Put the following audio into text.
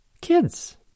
Kids